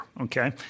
okay